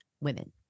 women